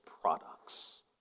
products